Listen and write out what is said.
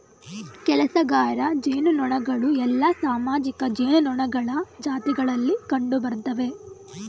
ಕೆಲಸಗಾರ ಜೇನುನೊಣಗಳು ಎಲ್ಲಾ ಸಾಮಾಜಿಕ ಜೇನುನೊಣಗಳ ಜಾತಿಗಳಲ್ಲಿ ಕಂಡುಬರ್ತ್ತವೆ